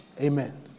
amen